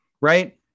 Right